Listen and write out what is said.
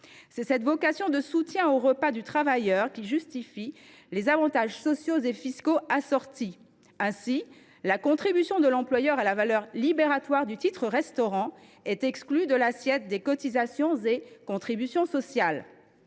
Cette vocation de soutien au repas du travailleur justifie l’octroi d’avantages sociaux et fiscaux. Ainsi, la contribution de l’employeur à la valeur libératoire du titre restaurant est exclue de l’assiette des cotisations et des contributions sociales.